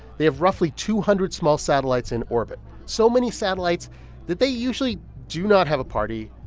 they have roughly two hundred small satellites in orbit so many satellites that they usually do not have a party,